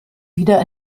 wieder